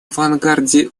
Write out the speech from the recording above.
авангарде